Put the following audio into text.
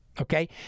Okay